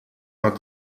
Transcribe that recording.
vingt